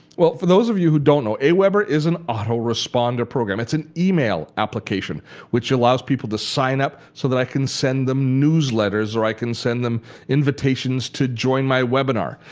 for those of you who don't know, aweber is an autoresponder program. it's an email application which allows people to sign up so that i can send them newsletters or i can send them invitations to join my webinar.